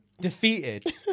defeated